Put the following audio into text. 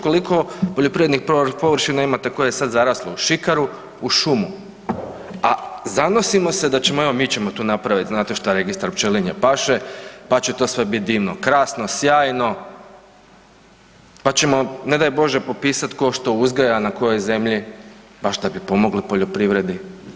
Koliko poljoprivrednih površina imate koje je sad zaraslo u šikaru, u šumu, a zanosimo se da ćemo, evo mi ćemo tu napraviti, znate šta, registar pčelinje paše pa će to sve biti divno, krasno, sjajno pa ćemo ne daj Bože popisati tko što uzgaja na kojoj zemlji, pa šta bi pomogli poljoprivredi.